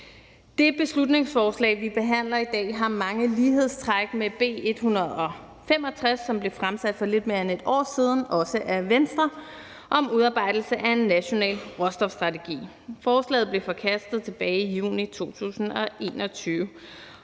Det beslutningsforslag, vi behandler i dag, har mange lighedstræk med B 165, som blev fremsat for lidt mere end et år siden, også af Venstre, om udarbejdelse af en national råstofstrategi. Forslaget blev forkastet tilbage i juni 2021,